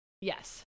Yes